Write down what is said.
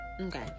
okay